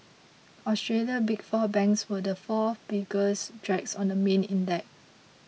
Australia's Big Four banks were the four biggest drags on the main index